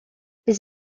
les